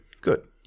Good